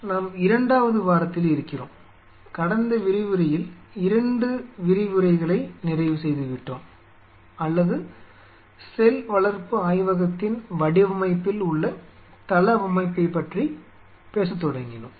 எனவே நாம் இரண்டாவது வாரத்தில் இருக்கிறோம் கடந்த விரிவுரையில் 2 விரிவுரைகளை நிறைவு செய்துவிட்டோம் அல்லது செல் வளர்ப்பு ஆய்வகத்தின் வடிவமைப்பில் உள்ள தளவமைப்பைப் பற்றி பேசத் தொடங்கினோம்